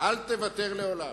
אל תוותר לעולם.